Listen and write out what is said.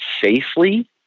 safely